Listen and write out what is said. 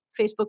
Facebook